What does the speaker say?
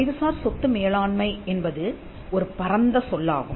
அறிவுசார் சொத்து மேலாண்மை என்பது ஒரு பரந்த சொல்லாகும்